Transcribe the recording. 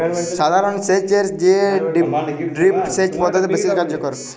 সাধারণ সেচ এর চেয়ে ড্রিপ সেচ পদ্ধতি বেশি কার্যকর